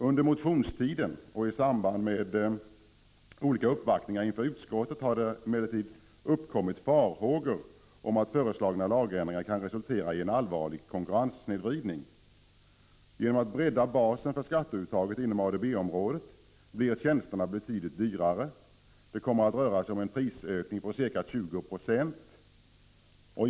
Under motionstiden och i samband med olika uppvaktningar inför utskottet har det emellertid uppkommit farhågor för att föreslagna lagändringar kan resultera i en allvarlig konkurrenssnedvridning. Genom att man breddar basen för skatteuttaget inom ADB-området blir tjänsterna betydligt dyrare. Det kommer att röra sig om en prisökning på ca 20 70.